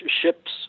ships